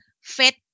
fat